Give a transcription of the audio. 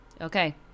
Okay